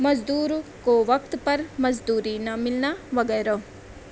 مزدور کو وقت پر مزدوری نہ ملنا وغیرہ